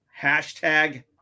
hashtag